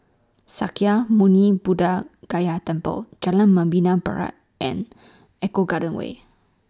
Sakya Muni Buddha Gaya Temple Jalan Membina Barat and Eco Garden Way